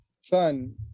Son